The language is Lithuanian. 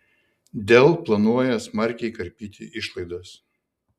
dell planuoja smarkiai karpyti išlaidas